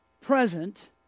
present